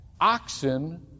Oxen